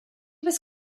was